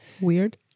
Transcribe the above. Weird